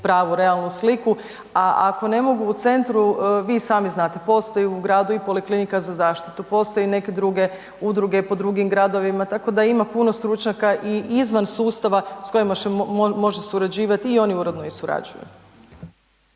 pravu realnu sliku, a ako ne mogu u centru, vi i sami znate, postoji u gradi i Poliklinika za zaštitu, postoje neke druge udruge po drugim gradovima, tako da ima puno stručnjaka i izvan sustava s kojima se može surađivati i oni uredno i surađuju.